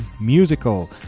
musical